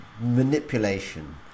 manipulation